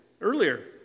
earlier